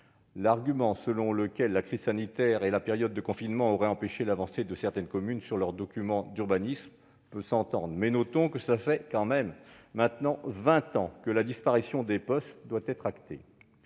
l'argument selon lequel la crise sanitaire et la période de confinement auraient empêché l'avancée de certaines communes sur leur document d'urbanisme peut s'entendre, mais notons que cela fait tout de même vingt ans que la disparition des POS doit être actée.